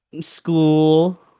school